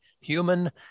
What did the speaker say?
Human